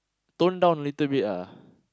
tone down a little bit